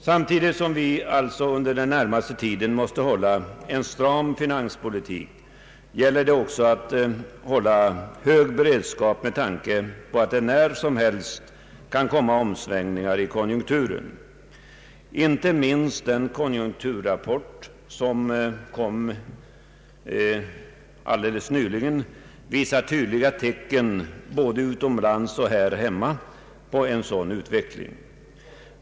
Samtidigt som vi alltså under den närmaste tiden måste driva en stram finanspolitik gäller det att hålla hög beredskap med tanke på att det när som helst kan uppstå omsvängningar i kon junkturen. Inte minst den konjunkturrapport som nyligen lades fram visar tydliga tecken, både utomlands och här hemma, på en sådan utveckling.